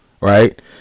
right